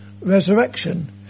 resurrection